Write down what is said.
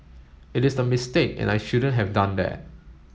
it is a mistake and I shouldn't have done that